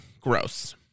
gross